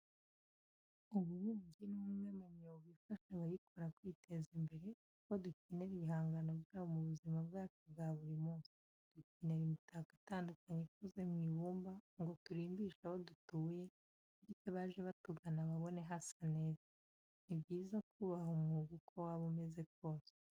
Ububumbyi ni umwe mu myuga ifasha abayikora kwiteza imbere kuko dukenera ibihangano byabo mu buzima bwacu bwa buri munsi. Dukenera imitako itandukanye ikoze mu ibumba ngo turimbishe aho dutuye bityo abaje batugana babone hasa neza. Ni byiza kubaha umwuga uko waba umeze kose.